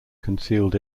concealed